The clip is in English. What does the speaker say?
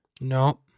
No